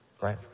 right